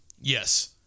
Yes